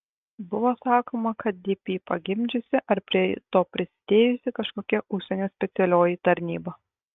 buvo sakoma kad dp pagimdžiusi ar prie to prisidėjusi kažkokia užsienio specialioji tarnyba